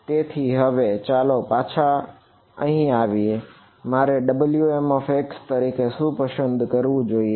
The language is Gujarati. તેથી હવે ચાલો ફરી પાછા અહીં આવીએ તેથી મારે Wmx તરીકે શું પસંદ કરવું જોઈએ